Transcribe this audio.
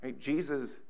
Jesus